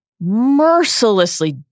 mercilessly